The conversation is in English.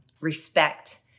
respect